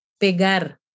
pegar